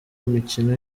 imikino